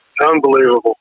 unbelievable